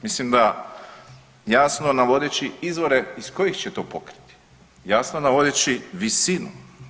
Mislim da jasno navodeći izvore iz kojih će to pokriti, jasno navodeći visinu.